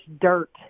dirt